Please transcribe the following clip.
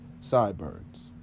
sideburns